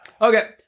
Okay